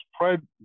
spread